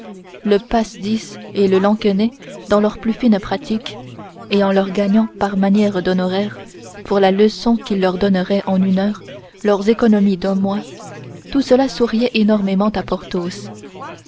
le passe dix et le lansquenet dans leurs plus fines pratiques et en leur gagnant par manière d'honoraires pour la leçon qu'il leur donnerait en une heure leurs économies d'un mois tout cela souriait énormément